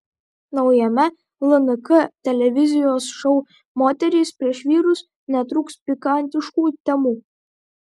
naujame lnk televizijos šou moterys prieš vyrus netrūks pikantiškų temų